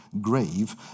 grave